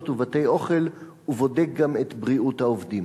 ובתי-אוכל ובודק גם את בריאות העובדים?